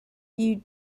you